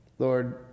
Lord